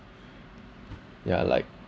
yeah like